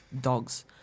dogs